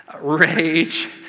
rage